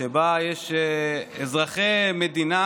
שבה יש אזרחי מדינה